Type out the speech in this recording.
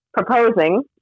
proposing